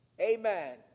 Amen